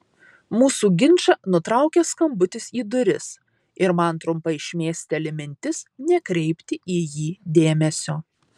mūsų ginčą nutraukia skambutis į duris ir man trumpai šmėsteli mintis nekreipti į jį dėmesio